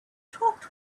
talked